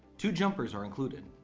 two jumpers are included.